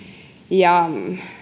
ja